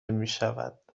میشود